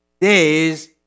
days